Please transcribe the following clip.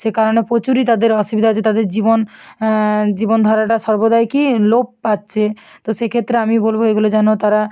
সে কারণে প্রচুরই তাদের অসুবিধা হচ্ছে তাদের জীবন জীবনধারাটা সর্বদাই কি লোপ পাচ্ছে তো সেক্ষেত্রে আমি বলব এগুলো যেন তারা